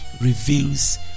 reveals